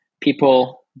people